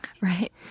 right